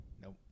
Nope